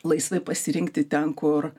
laisvai pasirinkti ten kur